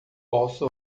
posso